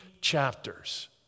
chapters